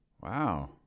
Wow